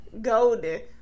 golden